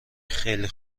خیلی